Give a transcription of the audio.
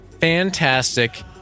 fantastic